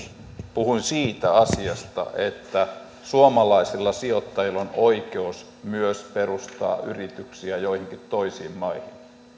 puhuin siitä asiasta että myös suomalaisilla sijoittajilla on oikeus perustaa yrityksiä joihinkin toisiin maihin